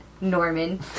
Norman